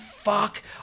fuck